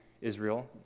israel